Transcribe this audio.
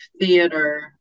theater